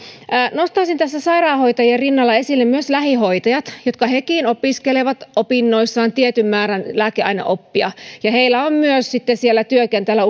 nostaisin tässä sairaanhoitajien rinnalla esille myös lähihoitajat jotka hekin opiskelevat opinnoissaan tietyn määrän lääkeaineoppia ja heillä on myös siellä työkentällä